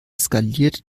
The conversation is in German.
skaliert